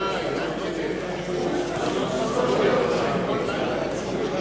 להלן תוצאות ההצבעה על הצעת חוק גדר